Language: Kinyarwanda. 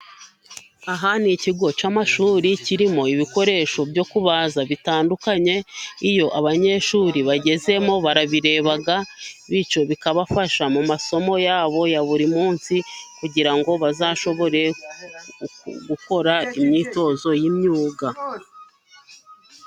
A ha ni ikigo cy'amashuri kirimo ibikoresho byo kubaza bitandukanye, iyo abanyeshuri bagezemo barabireba, bityo bikabafasha mu masomo yabo ya buri munsi, kugira ngo bazashobore gukora imyitozo y'imyuga.